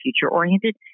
future-oriented